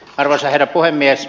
arvoisa herra puhemies